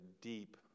deep